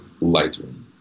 Lightroom